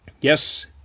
Yes